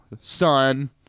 son